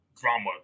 drama